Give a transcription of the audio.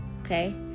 okay